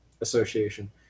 association